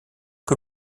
que